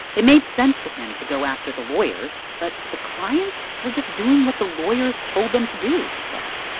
it made sense to him to go after the lawyers, but the clients were just doing what the lawyers told them to do, he says.